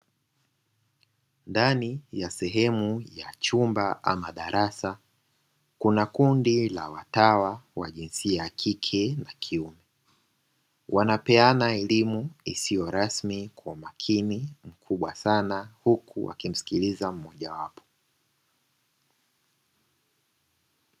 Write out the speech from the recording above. Ndani ya sehemu ya chumba ama darasa, kuna kundi la watawa wa jinsia kike na kiume. Wanapeana elimu isiyo rasmi kwa makini, mkubwa sana huku wakisikilizana mmoja wao.